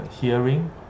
Hearing